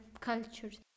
cultures